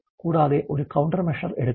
കൂടാതെ ഒരു COUNTER MEASURE എടുക്കുക